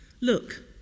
look